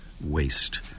waste